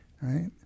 Right